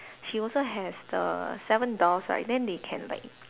she also has the seven dwarfs right then they can like